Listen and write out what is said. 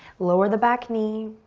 lower the back knee,